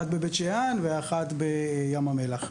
אחת בבית שאן ואחת בים המלח.